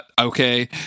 okay